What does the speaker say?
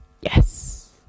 Yes